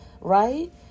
right